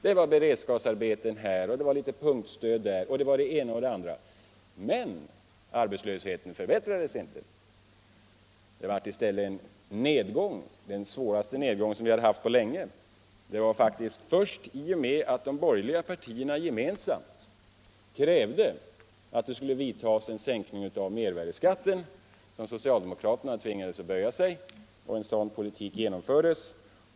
Det var beredskapsarbeten här och det var litet punktstöd där och det ena och det andra. Men arbetslösheten minskades inte. I stället blev det en nedgång i antalet sysselsatta, den svåraste nedgång vi haft på länge. Och det var faktiskt först i och med att de borgerliga partierna gemensamt krävde en sänkning av mervärdeskatten som socialdemokraterna tvingades böja sig och genomföra en sådan politik.